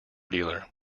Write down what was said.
dealer